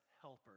helpers